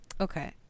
Okay